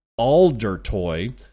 Aldertoy